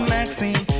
Maxine